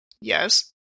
Yes